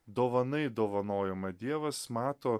dovanai dovanojama dievas mato